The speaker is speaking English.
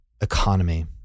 economy